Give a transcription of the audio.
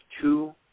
two